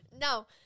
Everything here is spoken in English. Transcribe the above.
No